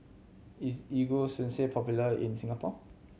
is Ego Sunsense popular in Singapore